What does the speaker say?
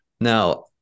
Now